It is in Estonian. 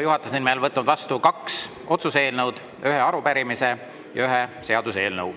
juhatuse nimel võtnud vastu kaks otsuse eelnõu, ühe arupärimise ja ühe seaduseelnõu.